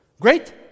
Great